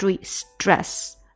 stress